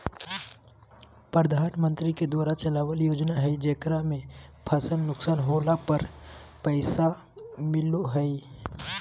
प्रधानमंत्री के द्वारा चलावल योजना हइ जेकरा में फसल नुकसान होला पर पैसा मिलो हइ